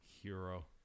Hero